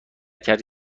کرد